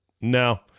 No